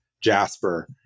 Jasper